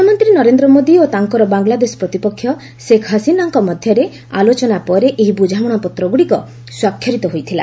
ପ୍ରଧାନମନ୍ତ୍ରୀ ନରେନ୍ଦ୍ର ମୋଦୀ ଓ ତାଙ୍କର ବାଂଲାଦେଶ ପ୍ରତିପକ୍ଷ ସେଖ୍ ହସିନାଙ୍କ ମଧ୍ୟରେ ଆଲୋଚନା ପରେ ଏହି ବୃଝାମଣାପତ୍ରଗ୍ରଡ଼ିକ ସ୍ୱାକ୍ଷରିତ ହୋଇଥିଲା